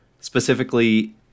specifically